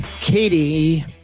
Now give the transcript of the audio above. Katie